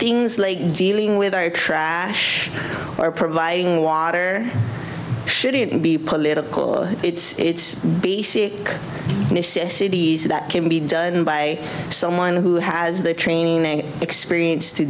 things like dealing with our trash or providing water shouldn't be political it's basic necessities that can be done by someone who has the training experience to